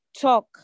talk